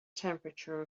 temperature